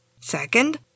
Second